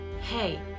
hey